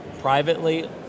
privately